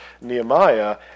Nehemiah